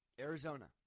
Arizona